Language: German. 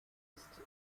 ist